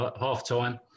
half-time